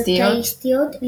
המונותאיסטיות,